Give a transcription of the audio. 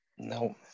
No